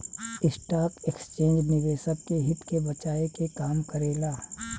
stock exchange निवेशक के हित के बचाये के काम करेला